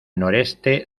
noreste